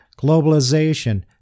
Globalization